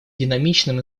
динамичным